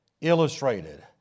Illustrated